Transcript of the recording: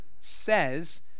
says